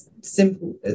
simple